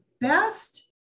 best